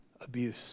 abuse